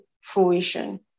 fruition